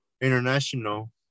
international